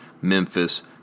Memphis